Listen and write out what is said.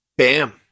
Bam